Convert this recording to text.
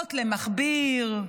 סיסמאות למכביר,